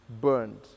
burned